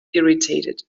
irritated